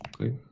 okay